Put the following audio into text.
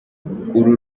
uru